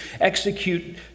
execute